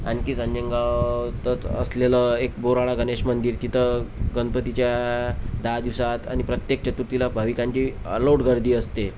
आणखीच अंजनगावातच असलेलं एक बोराळा गणेश मंदिर तिथं गणपतीच्या दहा दिवसात आणि प्रत्येक चतुर्थीला भाविकांची अलोट गर्दी असते